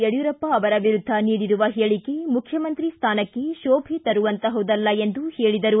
ಯಡಿಯೂರಪ್ಪ ಅವರ ವಿರುದ್ಧ ನೀಡಿರುವ ಹೇಳಿಕೆ ಮುಖ್ಯಮಂತ್ರಿ ಸ್ಥಾನಕ್ಕೆ ಶೋಭೆ ತರುವಂತಹುದ್ದಲ್ಲ ಎಂದು ಹೇಳಿದರು